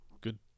Good